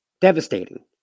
Devastating